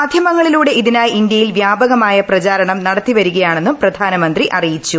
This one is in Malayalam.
മാധ്യമങ്ങളിലൂടെ ഇതിനായി ഇന്ത്യയിൽ വ്യാപകമായ പ്രചാരണം നടത്തിവരികയാണെന്നും പ്രധാനമന്ത്രി അറിയിച്ചു